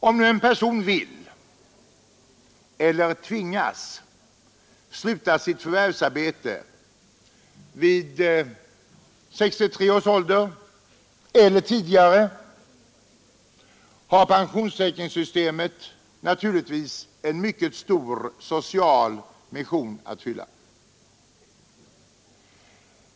Om nu en person vill — eller tvingas sluta sitt förvärvsarbete vid 63 års ålder eller tidigare, har pensionsförsäkringssystemet naturligtvis en mycket stor social funktion att fylla.